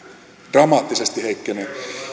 dramaattisesti heikkenee